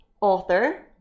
author